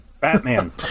Batman